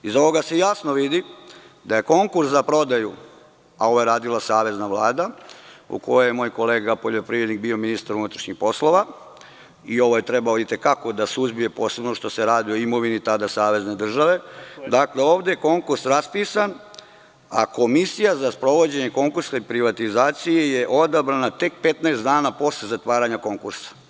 Iz ovoga se jasno vidi da je konkurs za prodaju, a ovo je radila Savezna vlada u kojoj je moj kolega poljoprivrednik bio ministar unutrašnjih poslova i ovo je trebalo i te kako da se suzbije, posebno što se radilo o imovini tada sadašnje države, dakle, ovde je konkurs raspisan, a komisija za sprovođenje konkursne privatizacije je odabrana tek 15 dana posle zatvaranja konkursa.